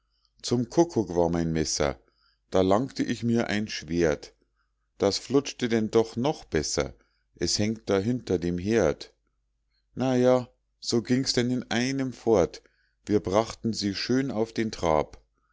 zum kuckuck war mein messer da langte ich mir ein schwert das flutschte denn doch noch besser es hängt da hinter dem herd na ja so ging's denn in einem fort wir brachten sie schön auf den trab